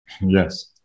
Yes